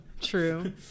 true